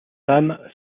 femme